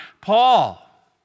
Paul